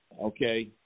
okay